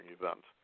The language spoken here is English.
event